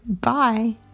bye